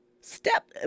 step